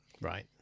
Right